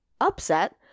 upset